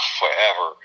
forever